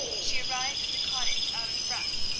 she arrived at the cottage out of breath,